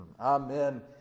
amen